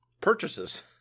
purchases